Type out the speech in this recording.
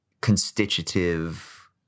constitutive